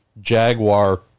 Jaguar